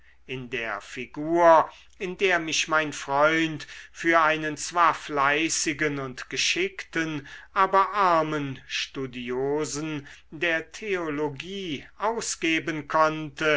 in der figur in der mich mein freund für einen zwar fleißigen und geschickten aber armen studiosen der theologie ausgeben konnte